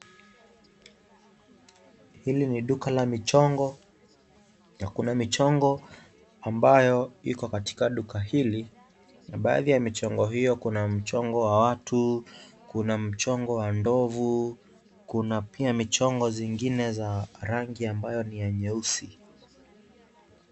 Hili ni duka la michongo, na kuna michongo ambayo iko katika duka hili. Baadhi ya michongo iyo kuna mchongo wa watu, kuna mchongo wa ndovu na kuna pia michongo zingine za rangi ambayo ni ya nyeusi.